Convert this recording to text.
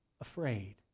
afraid